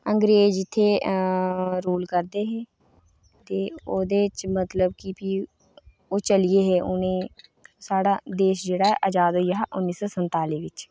अंग्रेज इत्थै रूल करदे हे ते ओह्दे च मतलब कि फ्ही ओह् चली गे उ'नें साढ़ा देश जेह्ड़ा ऐ आजाद होई गेआ हा उन्नी सौ संताली बिच